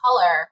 color